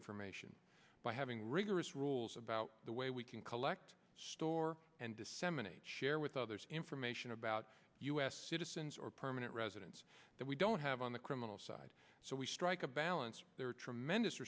information by having rigorous rules about the way we can collect store and disseminate share with others information about u s citizens or permanent residents that we don't have on the criminal side so we strike a balance there are tremendous